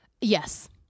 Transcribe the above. yes